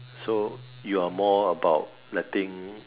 so you are more about letting